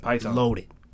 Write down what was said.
loaded